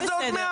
מה זה עוד מעט?